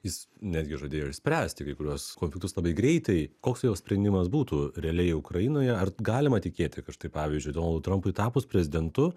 jis netgi žadėjo išspręsti kai kuriuos konfliktus labai greitai koks jo sprendimas būtų realiai ukrainoje ar galima tikėti kad štai pavyzdžiui donaldui trampui tapus prezidentu